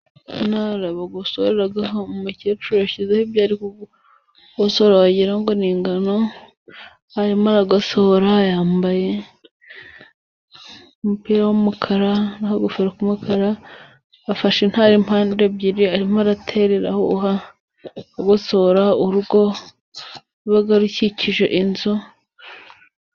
Intara bagosoreraho, umukecuru yashyizeho ibyo ari kugosora wagira ngo ni ingano, arimo aragosora yambaye umupira w'umukara n'akagofero k'umukara, afashe intara impande ebyiri, arimo araterera ahuha agosora, urugo ruba rukikije inzu.